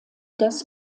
das